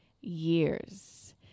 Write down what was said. years